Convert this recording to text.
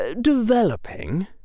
developing